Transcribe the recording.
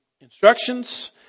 instructions